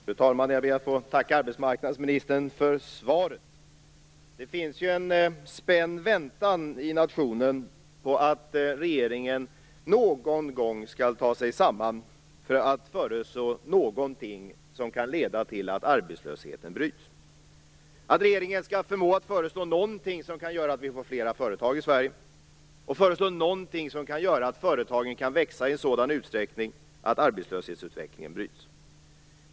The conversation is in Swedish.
Fru talman! Jag ber att få tacka arbetsmarknadsministern för svaret. Det finns en spänd väntan i nationen på att regeringen någon gång skall ta sig samman för att föreslå någonting som kan leda till att arbetslösheten bryts, att regeringen skall förmå att föreslå någonting som kan göra att vi får flera företag i Sverige och föreslå någonting som får företagen att växa i en sådan utsträckning att arbetslöshetsutvecklingen bryts.